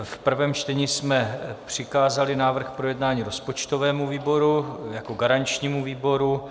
V prvém čtení jsme přikázali návrh k projednání rozpočtovému výboru jako garančnímu výboru.